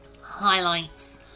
highlights